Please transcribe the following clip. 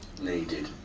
needed